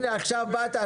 הנה עכשיו באת.